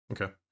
Okay